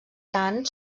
tant